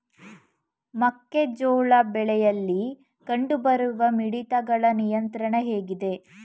ಮೆಕ್ಕೆ ಜೋಳ ಬೆಳೆಯಲ್ಲಿ ಕಂಡು ಬರುವ ಮಿಡತೆಗಳ ನಿಯಂತ್ರಣ ಹೇಗೆ?